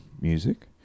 music